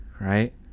right